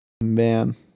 man